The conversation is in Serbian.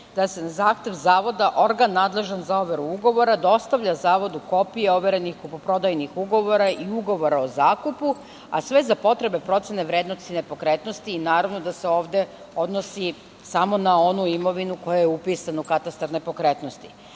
da, na zahtev zavoda, organ nadležan za overu ugovora dostavlja zavodu kopije overenih kupoprodajnih ugovora i ugovora o zakupu, a sve za potrebe procene vrednosti nepokretnosti. Naravno da se ovde odnosi samo na onu imovinu koja je upisana u katastar nepokretnosti.No,